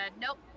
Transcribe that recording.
nope